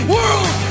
World